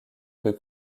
que